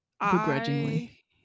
begrudgingly